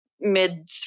mid